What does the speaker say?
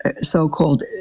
so-called